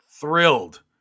thrilled